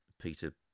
Peter